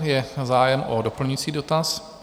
Je zájem o doplňující dotaz?